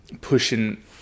pushing